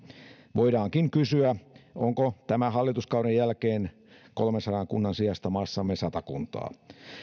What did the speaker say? voidaankin kysyä onko tämän hallituskauden jälkeen kolmensadan kunnan sijasta maassamme sata kuntaa